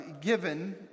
given